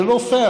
זה לא פייר,